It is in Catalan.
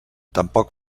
tampoc